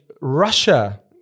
Russia